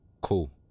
Cool